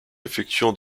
effectuant